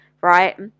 right